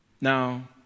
Now